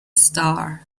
star